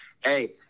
Hey